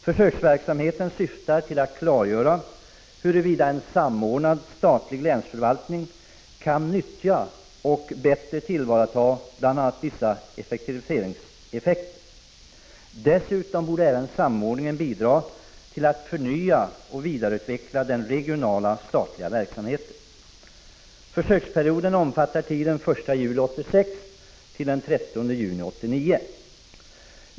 Försöksverksamheten syftar till att klargöra, huruvida en samordnad statlig länsförvaltning kan nyttja och bättre tillvarata vissa effektiviseringar. Dessutom borde samordningen bidra till att förnya och vidareutveckla den regionala statliga verksamheten. Försöksperioden omfattar tiden den 1 juli 1986-den 30 juni 1989.